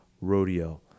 rodeo